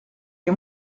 les